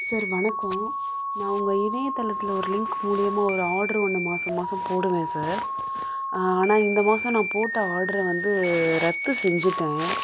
sir வணக்கம் நான் உங்கள் இணையதளத்தில் ஒரு லிங்க் மூலிமா ஒரு ஆட்ரு மாசம் மாசம் போடுவேன் சார் ஆனால் இந்த மாசம் நான் போட்ட ஆட்ரை வந்து ரத்து செஞ்சுட்டேன்